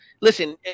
listen